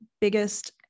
biggest